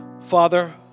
Father